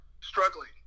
struggling